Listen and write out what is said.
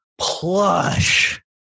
plush